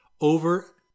over